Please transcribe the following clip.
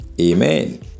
Amen